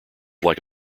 like